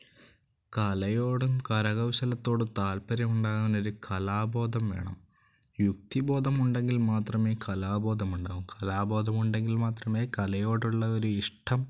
കലയോടും കരകൗശലത്തോടും താല്പര്യം ഉണ്ടാകുന്ന ഒരു കലാബോധം വേണം യുക്തിബോധം ഉണ്ടെങ്കിൽ മാത്രമേ കലാബോധം ഉണ്ടാകും കലാബോധം ഉണ്ടെങ്കിൽ മാത്രമേ കലയോടുള്ള ഒരു ഇഷ്ടം